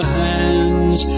hands